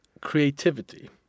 creativity